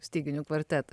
styginių kvartetą